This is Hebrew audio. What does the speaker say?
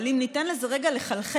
אבל אם ניתן לזה רגע לחלחל,